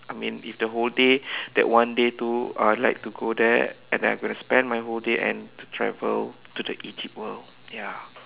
I mean if the whole day that one day too I would like to go there and then I'm gonna spend my whole day and to travel to the Egypt world ya